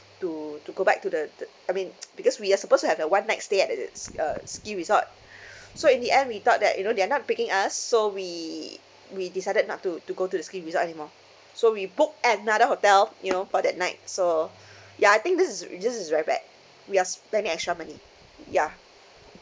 to to go back to the the I mean because we are supposed to have a one night stay at the s~ uh ski resort so in the end we thought that you know they're not picking us so we we decided not to to go to ski resort anymore so we booked another hotel you know for that night so ya I think this is re~ this is very bad we are spending extra money ya